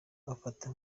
afata